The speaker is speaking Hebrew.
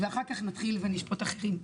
ואחר כך נתחיל ונשפוט אחרים.